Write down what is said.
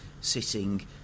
sitting